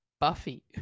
Buffy